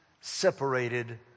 separated